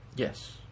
Yes